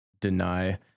deny